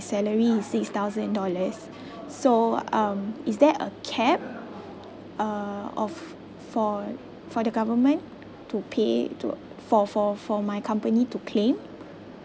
salary is six thousand dollars so um is there a cap uh of for for the government to pay to for for for my company to claim